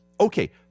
Okay